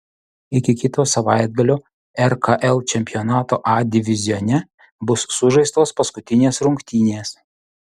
iki kito savaitgalio rkl čempionato a divizione bus sužaistos paskutinės rungtynės